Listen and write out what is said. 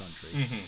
country